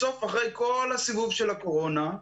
בסוף, אחרי כל הסיבוב של הקורונה,